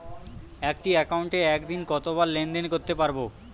একটি একাউন্টে একদিনে কতবার লেনদেন করতে পারব?